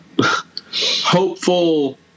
hopeful